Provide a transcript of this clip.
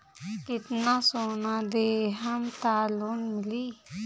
कितना सोना देहम त लोन मिली?